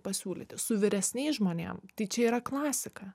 pasiūlyti su vyresniais žmonėm tai čia yra klasika